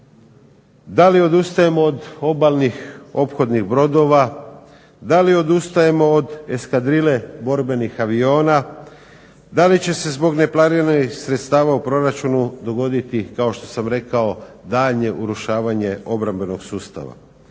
da li odustajemo od obalnih ophodnih brodova, da li odustajemo od eskadrile borbenih aviona, da li će se zbog neplaniranih sredstava u proračunu dogoditi kao što sam rekao daljnje urušavanje obrambenog sustava.